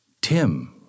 Tim